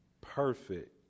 perfect